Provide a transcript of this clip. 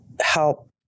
help